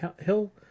hill